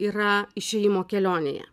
yra išėjimo kelionėje